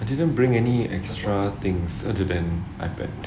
I didn't bring any extra things other than ipad